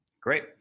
Great